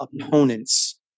opponents